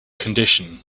condition